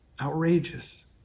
outrageous